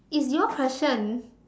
it's your question